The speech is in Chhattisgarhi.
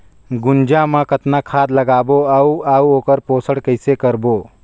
गुनजा मा कतना खाद लगाबो अउ आऊ ओकर पोषण कइसे करबो?